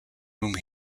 whom